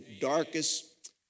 darkest